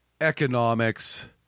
economics